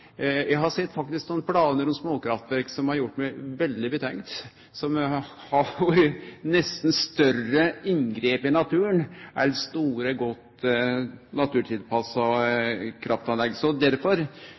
Eg har faktisk sett planar for småkraftverk som har gjort meg veldig betenkt, som har vore nesten større inngrep i naturen enn store, godt